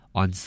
on